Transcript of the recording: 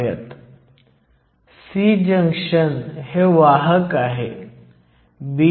71 ने सरकत आहे किंवा p बाजू त्याच 0